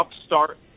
upstart